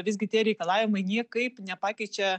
visgi tie reikalavimai niekaip nepakeičia